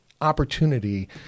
opportunity